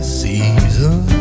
season